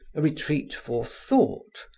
a retreat for thought,